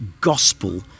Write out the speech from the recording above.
gospel